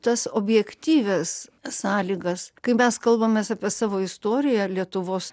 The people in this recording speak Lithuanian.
tas objektyvias sąlygas kai mes kalbamės apie savo istoriją lietuvos